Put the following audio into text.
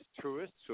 tourists